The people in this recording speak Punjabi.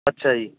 ਅੱਛਾ ਜੀ